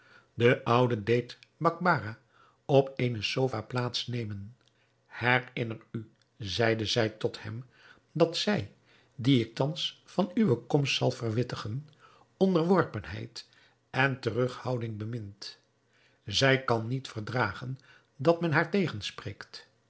de oude deed bakbarah op eene sofa plaats nemen herinner u zeide zij tot hem dat zij die ik thans van uwe komst zal verwittigen onderworpenheid en terughouding bemint zij kan niet verdragen dat men haar tegenspreekt